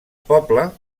poble